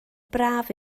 braf